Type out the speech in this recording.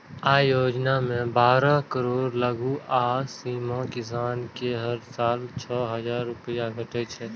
अय योजना मे बारह करोड़ लघु आ सीमांत किसान कें हर साल छह हजार रुपैया भेटै छै